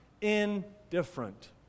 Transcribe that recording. indifferent